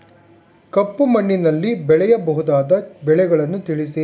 ಕಪ್ಪು ಮಣ್ಣಿನಲ್ಲಿ ಬೆಳೆಯಬಹುದಾದ ಬೆಳೆಗಳನ್ನು ತಿಳಿಸಿ?